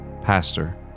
pastor